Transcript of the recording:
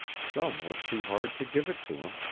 some were too hard to give it to him,